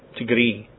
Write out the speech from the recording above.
degree